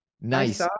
Nice